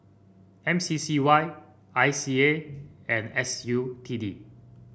M C C Y I C A and S U T D